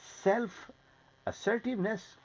self-assertiveness